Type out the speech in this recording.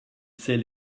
sait